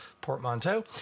portmanteau